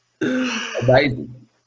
Amazing